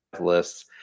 lists